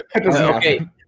Okay